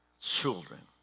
children